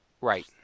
Right